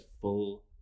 full